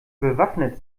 bewaffnet